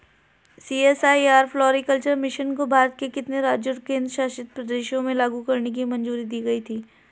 CSIR floriculture mission को भारत के कितने राज्यों और केंद्र शासित प्रदेशों में लागू करने की मंजूरी दी गई थी?